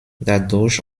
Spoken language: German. dadurch